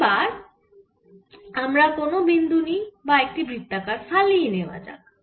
এবার আমরা কোন বিন্দু নিই বা একটি বৃত্তাকার ফালি নেওয়া যাক